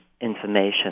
information